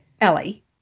Ellie